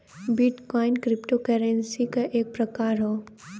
bit coin crypto currency क एक प्रकार हौ